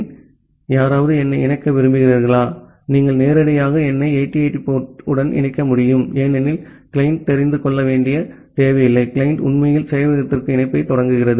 ஆகவே யாராவது என்னை இணைக்க விரும்புகிறார்கள் நீங்கள் நேரடியாக என்னை 8080 போர்ட் உடன் இணைக்க முடியும் ஏனெனில் கிளையன்ட் தெரிந்து கொள்ள தேவையில்லை கிளையன்ட் உண்மையில் சேவையகத்திற்கான இணைப்பைத் தொடங்குகிறது